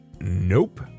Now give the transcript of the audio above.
nope